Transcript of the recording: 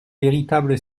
véritable